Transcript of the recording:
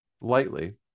lightly